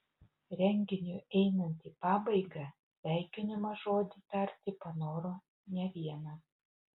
renginiui einant į pabaigą sveikinimo žodį tarti panoro ne vienas